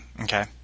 Okay